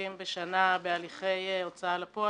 חייבים בשנה בהליכי הוצאה לפועל,